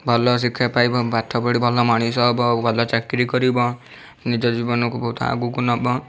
ଭଲ ଶିକ୍ଷା ପାଇବ ପାଠପଢ଼ି ଭଲ ମଣିଷ ହବ ଆଉ ଭଲ ଚାକିରୀ କରିବ ନିଜ ଜୀବନକୁ ବହୁତ ଆଗକୁ ନବ